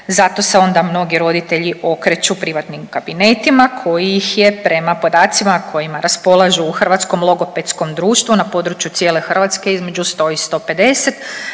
zato se onda mnogi roditelji okreću privatnim kabinetima koji ih je prema podacima kojima raspolažu u Hrvatskom logopedskom društvu na području cijele Hrvatske između 100 i 150,